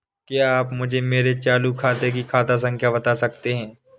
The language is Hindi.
क्या आप मुझे मेरे चालू खाते की खाता संख्या बता सकते हैं?